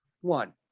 One